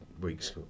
weeks